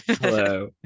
Hello